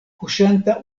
kuŝanta